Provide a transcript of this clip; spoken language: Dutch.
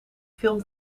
film